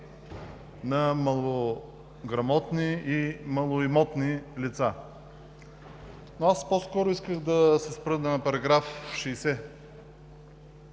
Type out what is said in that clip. на малограмотни и малоимотни лица. Но аз по-скоро исках да се спра на § 60,